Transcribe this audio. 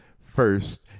first